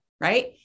right